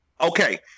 Okay